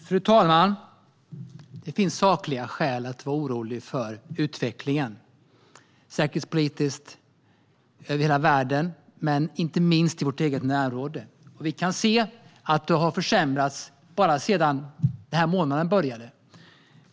Fru talman! Det finns sakliga skäl att vara orolig för utvecklingen säkerhetspolitiskt över hela världen och inte minst i vårt närområde. Vi kan se att det har försämrats bara sedan den här månaden började.